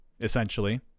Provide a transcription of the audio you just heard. essentially